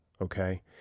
Okay